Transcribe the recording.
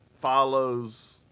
follows